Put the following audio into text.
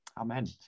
Amen